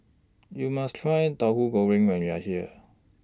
YOU must Try Tahu Goreng when YOU Are here